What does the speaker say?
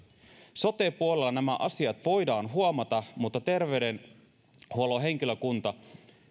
sote puolella nämä asiat voidaan huomata mutta terveydenhuollon henkilökunta